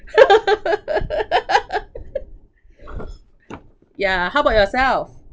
yeah how about yourself